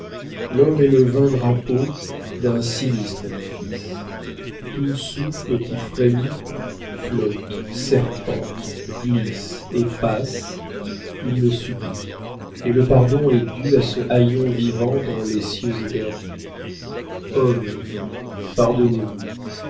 l'homme est le vain drapeau d'un sinistre édifice tout souffle qui frémit flotte serpente glisse et passe il le subit et le pardon est dû à ce haillon vivant dans les cieux éperdu hommes pardonnez-vous